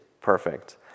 perfect